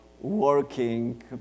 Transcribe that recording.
working